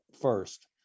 first